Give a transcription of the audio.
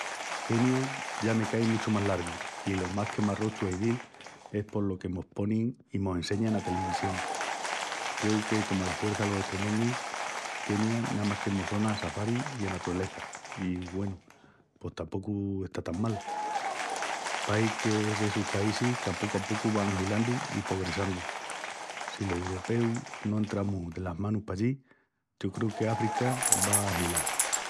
Kenia ya me cai muchu más largu i lo más que m'arrochu a izil es pos lo que mos ponin i mos enseñan ena telivisión. Creu que, comu ala huerça los estremeñus, Kenia namás que mos sona a safaris i a naturaleza i, güenu, pos tapocu no está tan mal. Pahi qu'es d'essus paísis qu'a pocu a pocu van ahilandu i pogressandu. Si los uropeus no entramus las manus pallí yo creu que África va a ahilal.